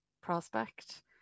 prospect